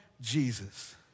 Jesus